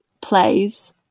plays